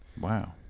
Wow